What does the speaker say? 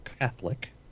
Catholic